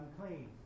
unclean